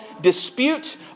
dispute